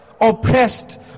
Oppressed